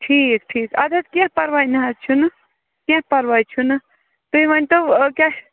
ٹھیٖک ٹھیٖک اَدٕ حظ کیٚنٛہہ پرواے نہٕ حظ چھُنہٕ کیٚنٛہہ پرواے چھُنہٕ تُہۍ ؤنۍتَو آ کیٛاہ چھِ